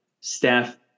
staff